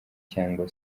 cyangwa